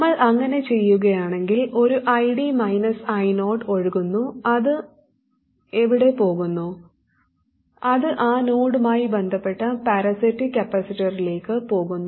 നമ്മൾ അങ്ങനെ ചെയ്യുകയാണെങ്കിൽ ഒരു ID മൈനസ് I0 ഒഴുകുന്നു അത് എവിടെ പോകുന്നു അത് ആ നോഡുമായി ബന്ധപ്പെട്ട പാരാസൈറ്റിക് കപ്പാസിറ്ററിലേക്ക് പോകുന്നു